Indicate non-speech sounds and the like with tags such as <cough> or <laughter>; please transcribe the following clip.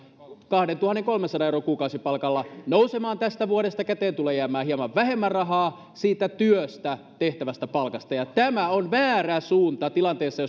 kahdentuhannenkolmensadan euron kuukausipalkalla nousemaan tästä vuodesta käteen tulee jäämään hieman vähemmän rahaa siitä työstä saatavasta palkasta tämä on väärä suunta tilanteessa <unintelligible>